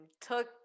took